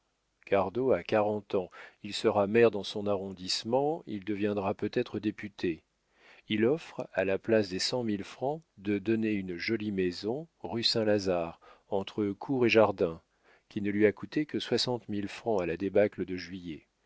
a quarante ans il sera maire dans son arrondissement il deviendra peut-être député il offre à la place des cent mille francs de donner une jolie maison rue saint-lazare entre cour et jardin qui ne lui a coûté que soixante mille francs à la débâcle de juillet